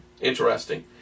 interesting